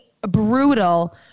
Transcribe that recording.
brutal